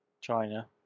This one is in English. China